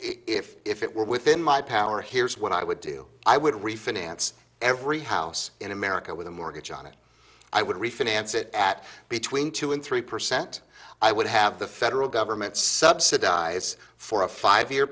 if it were within my power here's what i would do i would refinance every house in america with a mortgage on it i would refinance it at between two and three percent i would have the federal government subsidize for a five year